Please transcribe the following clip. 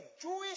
Jewish